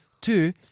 Two